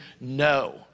no